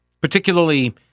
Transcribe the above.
particularly